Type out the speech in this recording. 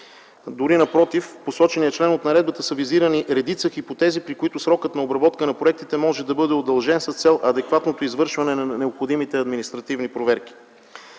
Дори напротив, в посочения член от наредбата са визирани редица хипотези, при които срокът на обработка на проектите може да бъде удължен с цел адекватното извършване на необходимите административни проверки.